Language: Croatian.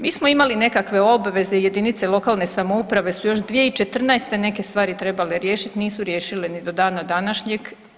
Mi smo imali nekakve obveze i jedinice lokalne samouprave su još 2014. neke stvari trebale riješiti, nisu riješile ni do dana današnjeg.